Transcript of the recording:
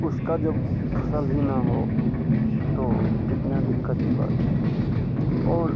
उसका जब फसल ही ना हो तो कितने दिक्कत की बात है और